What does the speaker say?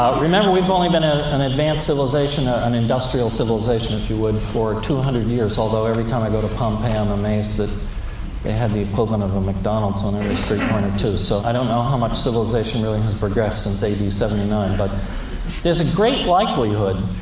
remember, we've only been ah an advanced civilization ah an industrial civilization, if you would for two hundred years. although every time i go to pompeii, i'm amazed that they had the equivalent of a mcdonald's on every street corner, too. so, i don't know how much civilization really has progressed since ad seventy nine, but there's a great likelihood.